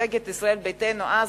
מפלגת ישראל ביתנו אז,